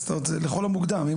לכל המוקדם.